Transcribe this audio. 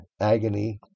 agony